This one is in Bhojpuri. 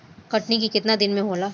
कटनी केतना दिन मे होला?